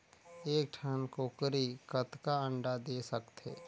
एक ठन कूकरी कतका अंडा दे सकथे?